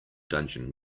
dungeon